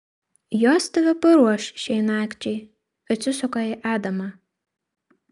jos tave paruoš šiai nakčiai atsisuka į adamą